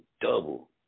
double